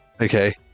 Okay